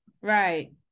Right